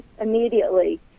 immediately